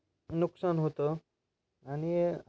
नुकसान होतं आणि